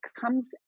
comes